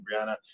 Brianna